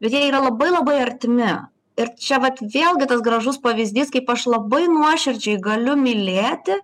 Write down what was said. bet jie yra labai labai artimi ir čia vat vėlgi tas gražus pavyzdys kaip aš labai nuoširdžiai galiu mylėti